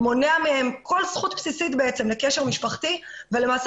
מונע מהם כל זכות בסיסית לקשר משפחתי ולמעשה